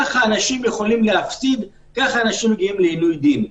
כך אנשים יכולים להפסיד ולהגיע לעינוי דין.